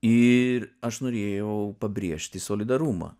ir aš norėjau pabrėžti solidarumą